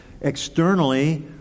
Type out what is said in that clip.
externally